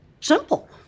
simple